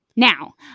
Now